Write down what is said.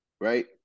right